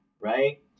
right